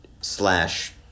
slash